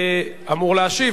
שר התקשורת אמור להשיב,